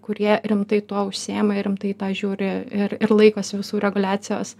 kurie rimtai tuo užsiima ir rimtai žiūri ir ir laikosi visų reguliacijos